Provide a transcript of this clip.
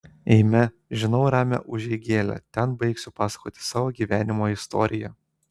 eime žinau ramią užeigėlę ten baigsiu pasakoti savo gyvenimo istoriją